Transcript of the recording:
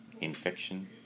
infection